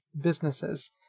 businesses